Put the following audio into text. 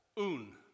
un